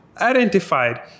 identified